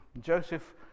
Joseph